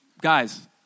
Guys